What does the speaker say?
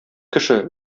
кеше